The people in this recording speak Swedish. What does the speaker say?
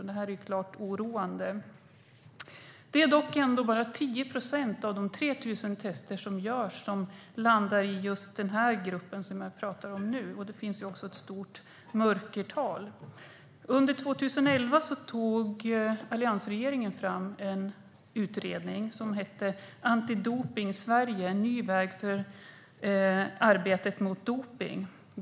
Det är klart oroande. Det är dock bara 10 procent av de 3 000 tester som görs som landar i just den grupp som jag talar om nu. Det finns också ett stort mörkertal. Under 2011 tog alliansregeringen fram en utredning som hette Antidopning Sverige - En ny väg för arbetet mot dopning.